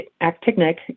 actinic